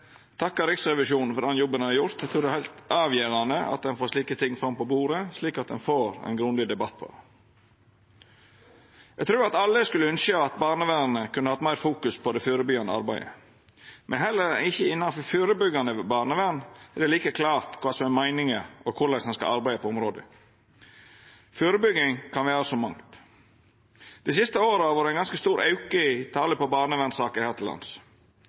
takka Riksrevisjonen for den jobben dei har gjort. Eg trur det er heilt avgjerande at ein får slike ting fram på bordet, slik at ein får ein grundig debatt om det. Eg trur at alle skulle ynskja at barnevernet kunne ha fokusert meir på det førebyggjande arbeidet. Men heller ikkje innanfor førebyggjande barnevern er det like klart kva som er meininga, og korleis ein skal arbeida på området. Førebygging kan vera så mangt. Dei siste åra har det vore ein ganske stor auke i talet på barnevernssaker her til lands.